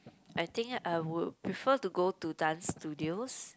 I think I would prefer to go to dance studios